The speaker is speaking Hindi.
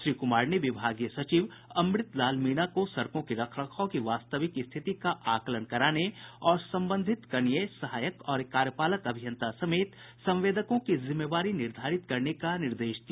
श्री कुमार ने विभागीय सचिव अमृतलाल मीणा को सड़कों की रखरखाव की वास्तविक स्थिति का आकलन कराने और संबंधित कनीय सहायक और कार्यपालक अभियंता समेत संवेदकों की जिम्मेवारी निर्धारित करने का निर्देश दिया